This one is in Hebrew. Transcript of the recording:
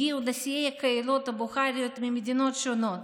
הגיעו נשיאי הקהילות הבוכריות ממדינות שונות.